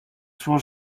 suo